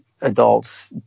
adults